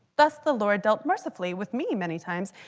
thus the lord dealt mercifully with me many times,